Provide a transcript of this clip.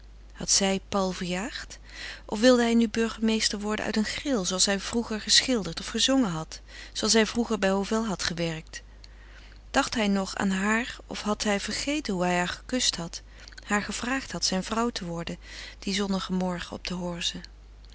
had zij paul verjaagd of wilde hij nu burgemeester worden uit een gril zooals hij vroeger geschilderd of gezongen had zooals hij vroeger bij hovel had gewerkt dacht hij nog aan haar of had hij vergeten hoe hij haar gekust had haar gevraagd had zijne vrouw te worden dien zonnigen morgen op de horze